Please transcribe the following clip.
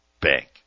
Bank